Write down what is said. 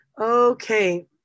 okay